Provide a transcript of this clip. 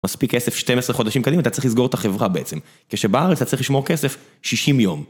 מספיק כסף 12 חודשים קדימה, אתה צריך לסגור את החברה בעצם. כשבארץ אתה צריך לשמור כסף 60 יום.